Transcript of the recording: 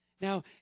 Now